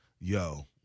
yo